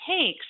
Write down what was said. takes